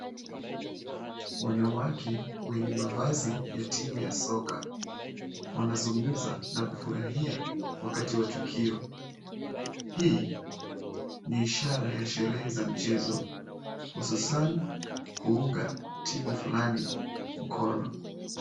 Wanawake wenye mavazi ya timu ya soka. Wanazungumza na kufurahia wakati wa tukio. Hii ni ishara ya sherehe za mchezo hususan kuunga timu fulani mkono.